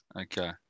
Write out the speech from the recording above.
Okay